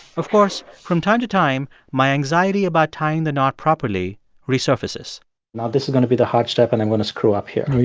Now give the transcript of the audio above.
of course, from time to time, my anxiety about tying the knot properly resurfaces now, this is going to be the hard step, and i'm going to screw up here no, and you're